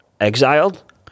exiled